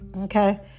Okay